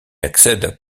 accède